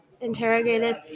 interrogated